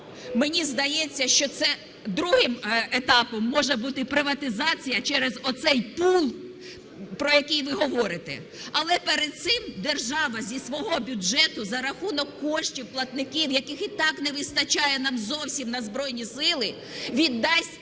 Мені здається, що це другим етапом може бути приватизація через оцей пул, про який ви говорите. Але перед цим держава зі свого бюджету за рахунок коштів платників, яких і так не вистачає нам зовсім на Збройні Сили, віддасть